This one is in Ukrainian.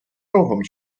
рогом